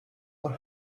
were